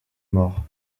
mort